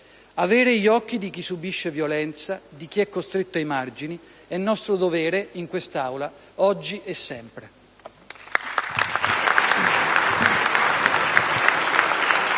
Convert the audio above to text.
Avere gli occhi di chi subisce violenza, di chi è costretto ai margini, è nostro dovere in quest'Aula, oggi e sempre.